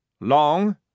long